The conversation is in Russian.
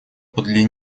подле